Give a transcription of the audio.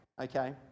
Okay